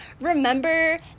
Remember